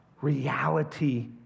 reality